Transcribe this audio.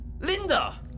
Linda